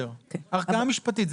בסדר, ערכאה משפטית.